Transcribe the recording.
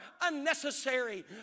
unnecessary